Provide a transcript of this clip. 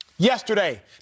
Yesterday